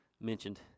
mentioned